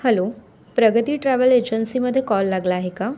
hello Pragati travel एजन्सीमध्ये call लागला आहे का